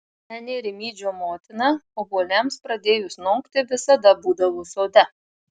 senė rimydžio motina obuoliams pradėjus nokti visada būdavo sode